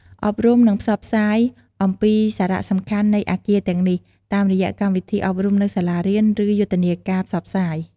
អប់រំ និងផ្សព្វផ្សាយ អំពីសារៈសំខាន់នៃអគារទាំងនេះ តាមរយៈកម្មវិធីអប់រំនៅសាលារៀន ឬយុទ្ធនាការផ្សព្វផ្សាយ។